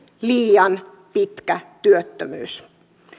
liian pitkä työttömyys